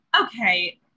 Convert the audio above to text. Okay